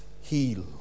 heal